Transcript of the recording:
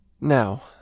Now